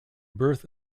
birth